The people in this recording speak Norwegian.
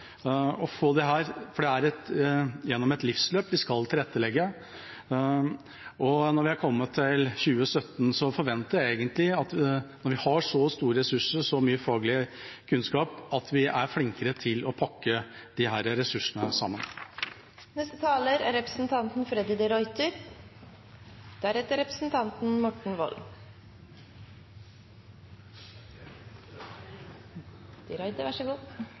å få disse ressursene til å spille bedre sammen, finne sammen og finne fram til de relativt få vi her snakker om, for det er gjennom et livsløp vi skal tilrettelegge. Når vi nå er kommet til 2017, forventer jeg egentlig, når vi har så store ressurser og så mye fagkunnskap, at vi er flinkere til å pakke disse ressursene sammen. Dette er